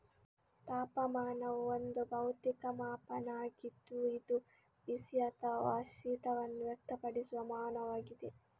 ತಾಪಮಾನವು ಒಂದು ಭೌತಿಕ ಮಾಪನ ಆಗಿದ್ದು ಇದು ಬಿಸಿ ಅಥವಾ ಶೀತವನ್ನು ವ್ಯಕ್ತಪಡಿಸುವ ಮಾನವಾಗಿದೆ